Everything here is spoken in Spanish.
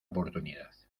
oportunidad